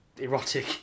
erotic